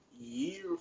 year